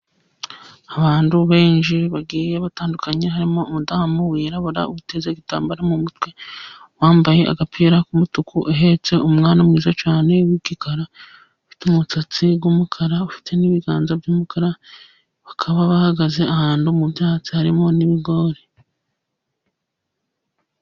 Abantu benshi bagiye batandukanye, harimo umudamu wiraburawuteze igitambaro mu mutwe, wambaye agapira k'umutuku uhetse umwana mwiza cyane, w'igikara ufite umusatsi w'umukara, ufite n'ibiganza by'umukara, bakaba bahagaze ahantu mu byatsi harimo n'ibigori.